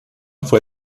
fue